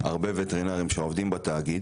הרבה וטרינרים שעובדים בתאגיד,